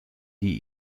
die